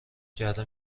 کرده